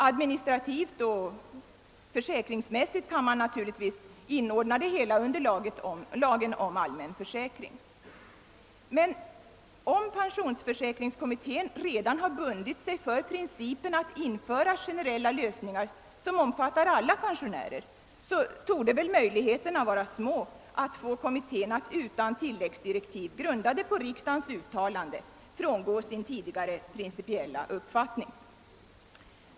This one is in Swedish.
Administrativt och försäkringsmässigt kan naturligtvis det hela inordnas under lagen om allmän försäkring. Men om pensionsförsäkringskommittén redan har bundit sig för principen att införa generella lösningar som omfattar alla pensionärer torde möjligheterna vara små att få kommittén att utan tilläggsdirektiv, grundade på riks dagens uttalande, frångå sin tidigare principiella uppfattning.